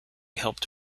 helped